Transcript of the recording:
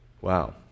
Wow